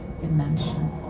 dimension